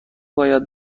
باید